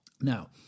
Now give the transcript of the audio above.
Now